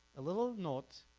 a little note,